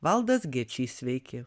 valdas gečys sveiki